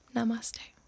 Namaste